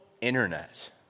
internet